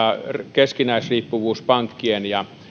keskinäisriippuvuus pankkien ja